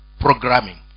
programming